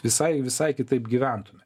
visai visai kitaip gyventume